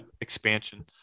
expansion